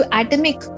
atomic